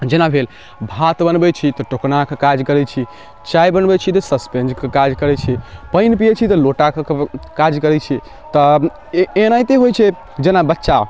जेना भेल भात बनबै छी तऽ टोकनाके काज करै छी चाय बनबै छी तऽ सॉसपेनके काज करै छी पानि पीयै छी तऽ लोटाके काज करै छी तब एनाहिते होइ छै जेना बच्चा